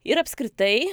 ir apskritai